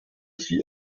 sie